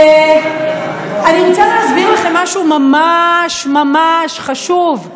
אני רוצה להסביר לכם משהו ממש ממש חשוב,